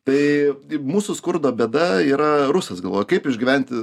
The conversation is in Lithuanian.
tai mūsų skurdo bėda yra rusas galvoje kaip išgyventi